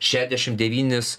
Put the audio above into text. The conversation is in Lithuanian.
šešiasdešimt devynis